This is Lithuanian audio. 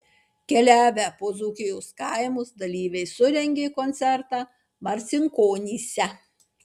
keliavę po dzūkijos kaimus dalyviai surengė koncertą marcinkonyse